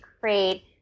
create